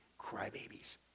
crybabies